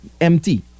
empty